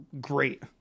great